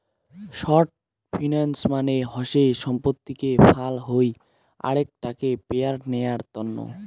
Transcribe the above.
short finance মানে হসে সম্পত্তিকে ফাল হই আরেক টাকে পেরায় নেয়ার তন্ন